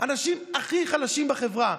האנשים הכי חלשים בחברה,